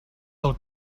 del